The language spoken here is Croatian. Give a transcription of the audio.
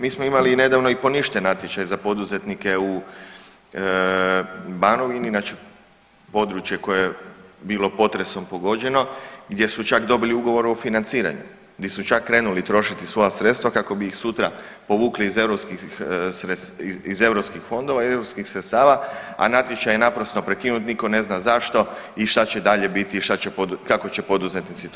Mi smo imali i nedavno poništen natječaj za poduzetnike u Banovini, inače područje koje je bilo potresom pogođeno gdje su čak dobili ugovor o financiranju, di su čak krenuli trošiti svoja sredstva kako bi ih sutra povukli iz europskih fondova i europskih sredstava, a natječaj je naprosto prekinut, nitko ne zna zašto i šta će dalje biti i šta će, kako će poduzetnici to preživjeti.